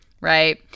right